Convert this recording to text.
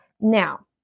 Now